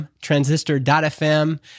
Transistor.fm